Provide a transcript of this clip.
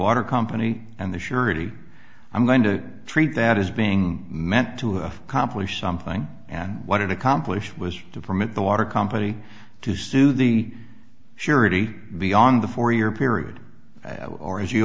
water company and the surety i'm going to treat that as being meant to accomplish something and what it accomplished was to permit the water company to sue the surety beyond the four year period or as you